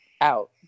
Out